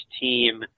team